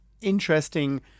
interesting